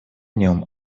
днем